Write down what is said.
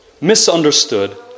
misunderstood